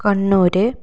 Kannur